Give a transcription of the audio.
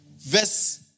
Verse